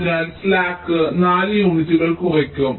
അതിനാൽ സ്ലാക്ക് 4 യൂണിറ്റുകൾ കുറയ്ക്കും